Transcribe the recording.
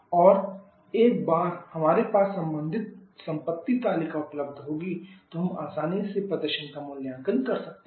और एक बार हमारे पास संबंधित संपत्ति तालिका उपलब्ध होगी तो हम आसानी से प्रदर्शन का मूल्यांकन कर सकते हैं